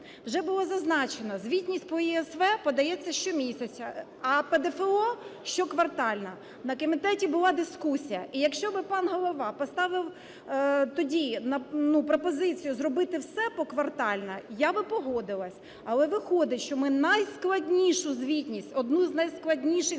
Вже було зазначено, звітність по ЄСВ подається щомісяця, а ПДФО – щоквартально. На комітеті була дискусія, і якщо би пан голова поставив тоді пропозицію зробити все поквартально, я би погодилась. Але виходить, що ми найскладнішу звітність, одну з найскладніших для